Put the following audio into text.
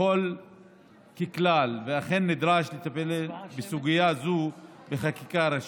אם אכן נדרש לטפל בסוגיה זו בחקיקה ראשית,